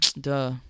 duh